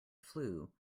flue